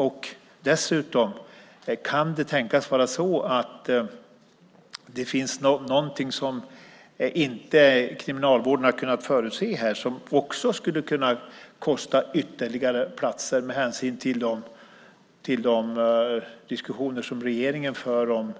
Och kan det dessutom tänkas vara så att det finns någonting som Kriminalvården inte har kunnat förutse och som skulle kunna kosta ytterligare platser med hänsyn till de diskussioner som regeringen för om